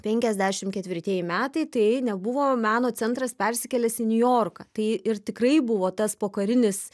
penkiasdešimt ketvirtieji metai tai nebuvo meno centras persikėlęs į niujorką tai ir tikrai buvo tas pokarinis